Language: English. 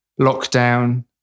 lockdown